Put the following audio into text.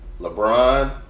LeBron